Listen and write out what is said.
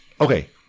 okay